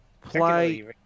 play